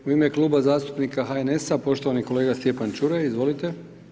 U ime Kluba zastupnika HNS-a poštovani kolega Stjepan Čuraj, izvolite.